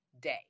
day